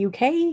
UK